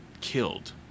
killed